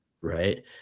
right